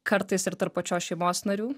kartais ir tarp pačios šeimos narių